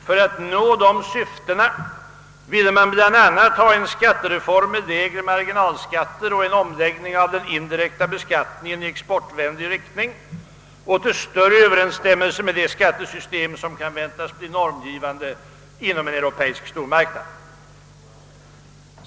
För att nå dessa syften ville vi bl.a. ha en skattereform med lägre marginalskatter och en omläggning av den indirekta beskattningen i exportvänlig riktning och i större överensstämmelse med det skattesystem som kan väntas bli normgivande inom en europeisk stormarknad.